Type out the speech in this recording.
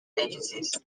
agencies